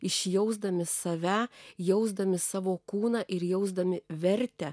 išjausdami save jausdami savo kūną ir jausdami vertę